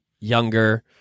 younger